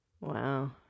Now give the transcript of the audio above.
Wow